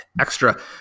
extra